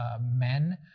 men